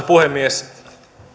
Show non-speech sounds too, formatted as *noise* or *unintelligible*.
*unintelligible* puhemies